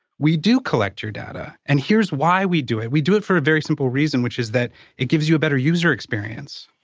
we do collect your data. and here's why we do it. we do it for a very simple reason, which is that it gives you a better user experience.